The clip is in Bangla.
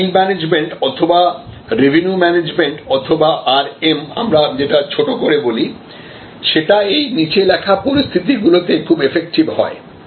এই ইল্ড ম্যানেজমেন্ট অথবা রেভিনিউ ম্যানেজমেন্ট অথবা RM আমরা যেটা ছোট করে বলি সেটা এই নিচে লেখা পরিস্থিতি গুলো তে খুব এফেক্টিভ হয়